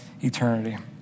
eternity